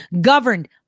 governed